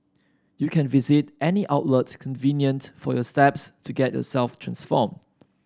you can visit any outlet convenient for your steps to get yourself transformed